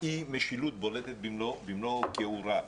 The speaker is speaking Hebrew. אי-המשילות בולטת במלוא כיעורה.